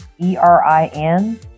erin